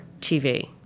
TV